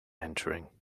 entering